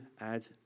add